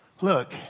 Look